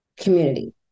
community